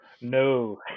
No